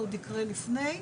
זה עוד יקרה לפני.